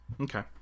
Okay